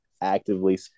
actively